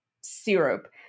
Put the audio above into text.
syrup